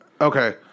Okay